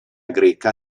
greca